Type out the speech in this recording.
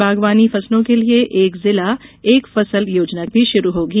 बागवानी फसलों के लिये एक जिला एक फसल योजना भी शुरू होगी